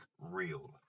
real